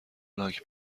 لاک